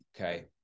Okay